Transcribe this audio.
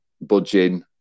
budging